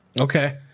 okay